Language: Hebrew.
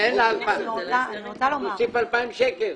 היא צריכה להוסיף 2,000 שקלים.